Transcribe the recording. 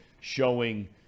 showing